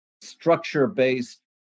structure-based